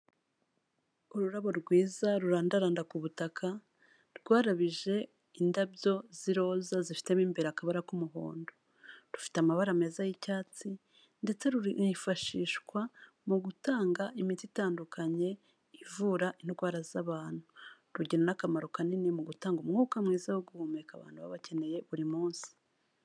Ururabo rwiza rurandaranda ku butaka, rwarabije indabyo z'iroza zifite mo imbere akabara k'umuhondo. Rufite amabara meza y'icyatsi, ndetse runifashishwa mu gutanga imiti itandukanye, ivura indwara z'abantu. Rugira n'akamaro kanini mu gutanga umwuka mwiza wo guhumeka, abantu baba bakeneye buri munsi.